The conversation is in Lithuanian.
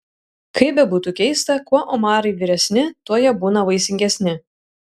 kaip bebūtų keista kuo omarai vyresni tuo jie būna vaisingesni